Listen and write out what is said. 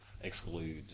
exclude